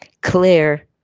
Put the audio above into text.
clear